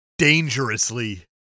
dangerously